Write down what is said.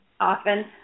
Often